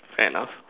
fair enough